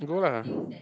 you go lah